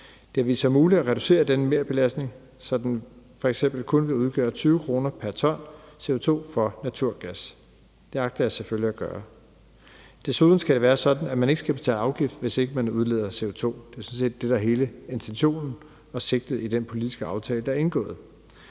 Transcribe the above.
vist sig muligt at reducere denne merbelastning, så den f.eks. kun vil udgøre 20 kr. pr. ton CO2 for naturgas. Det agter jeg selvfølgelig at gøre. Desuden skal det være sådan, at man ikke skal betale afgift, hvis ikke man udleder CO2. Det er sådan set det, der er hele intentionen og sigtet i den politiske aftale, der er indgået.